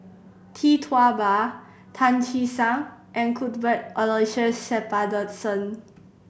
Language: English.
Tee Tua Ba Tan Che Sang and Cuthbert Aloysius Shepherdson